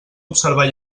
observar